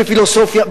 בפילוסופיה,